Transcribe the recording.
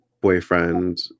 boyfriend